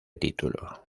título